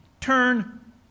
turn